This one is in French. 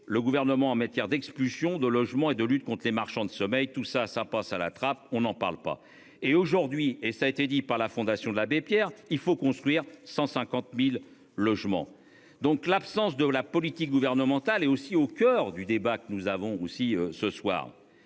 Le gouvernement en matière d'expulsions de logement et de lutte contre les marchands de sommeil, tout ça, ça passe à la trappe. On en parle pas et aujourd'hui et ça a été dit par la fondation de l'abbé Pierre, il faut construire 150.000 logements, donc l'absence de la politique gouvernementale et aussi au coeur du débat que nous avons aussi ce soir